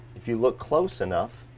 if you look close enough,